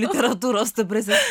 literatūros ta prasme